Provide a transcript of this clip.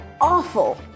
awful